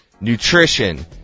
Nutrition